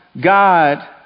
God